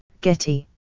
Getty